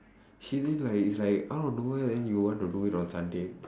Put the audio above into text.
she didn't like it's like out of nowhere then you will want to do it on sunday